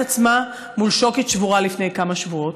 עצמה מול שוקת שבורה לפני כמה שבועות,